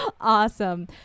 Awesome